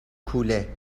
کوله